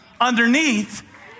underneath